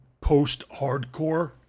Post-hardcore